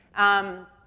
um,